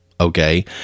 okay